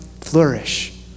flourish